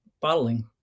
bottling